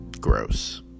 gross